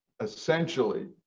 essentially